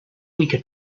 weaker